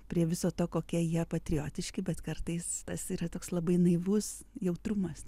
prie viso to kokie jie patriotiški bet kartais tas yra toks labai naivus jautrumas